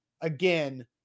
again